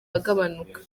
agabanuka